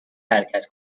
حرکت